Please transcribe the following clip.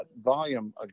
volume